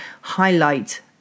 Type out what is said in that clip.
highlight